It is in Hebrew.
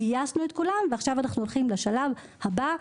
גייסנו את כולם ועכשיו אנחנו הולכים לשלב הבא,